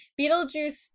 Beetlejuice